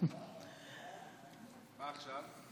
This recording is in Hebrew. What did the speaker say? מה עכשיו?